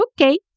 okay